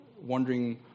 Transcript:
wondering